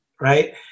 right